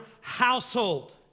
household